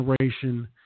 generation